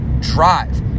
drive